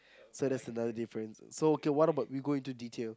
so that's another difference so okay what about we go into detail